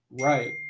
right